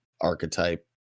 archetype